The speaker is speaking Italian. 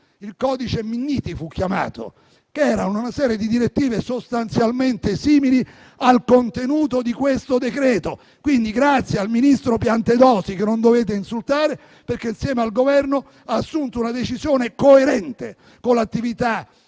il codice Minniti, e conteneva una serie di direttive sostanzialmente simili al contenuto di questo decreto. Grazie, quindi, al ministro Piantedosi, che non dovete insultare, perché insieme al Governo ha assunto una decisione coerente con l'attività conoscitiva